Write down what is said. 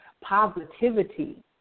positivity